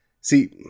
See